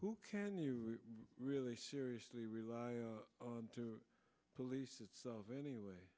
who can you really seriously rely on police itself anyway